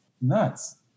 nuts